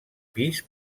pis